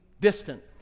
distant